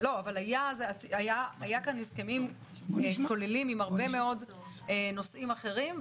אבל היו כאן הסכמים כוללים עם הרבה מאוד נושאים אחרים,